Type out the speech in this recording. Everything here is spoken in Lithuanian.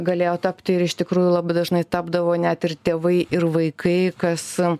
galėjo tapti ir iš tikrųjų labai dažnai tapdavo net ir tėvai ir vaikai kas